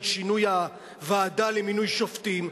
של שינוי הוועדה למינוי שופטים.